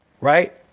Right